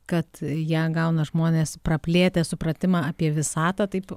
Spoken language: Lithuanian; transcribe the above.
kad ją gauna žmonės praplėtę supratimą apie visatą taip